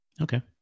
Okay